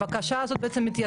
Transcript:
הבקשה הזאת בעצם מתייתרת.